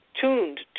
tuned